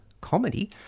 Comedy